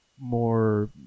more